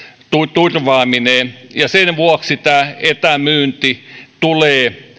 turvaaminen ja sen vuoksi tämä etämyynti tulee